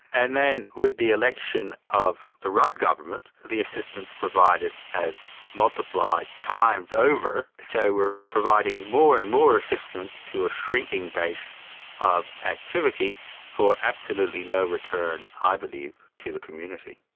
and then with the election of the rudd government the assistance provided has multiplied times over. so we're providing more and more assistance to a shrinking base of activity for absolutely no return, i believe, to the community.